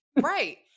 Right